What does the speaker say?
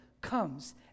comes